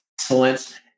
excellence